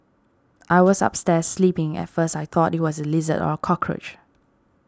I was upstairs sleeping at first I thought it was a lizard or a cockroach